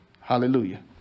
Hallelujah